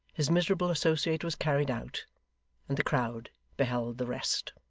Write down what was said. his miserable associate was carried out and the crowd beheld the rest.